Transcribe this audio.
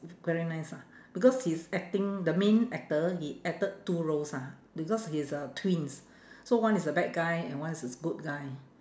very nice ah because he's acting the main actor he acted two roles ah because he's uh twins so one is the bad guy and one is his good guy